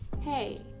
hey